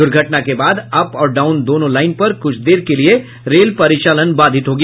दूर्घटना के बाद अप और डाउन दोनों लाईन पर कुछ देर के लिए रेल परिचालन बाधित हो गया